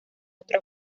otra